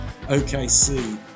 OKC